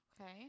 Okay